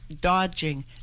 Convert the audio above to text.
...dodging